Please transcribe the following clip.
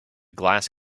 glass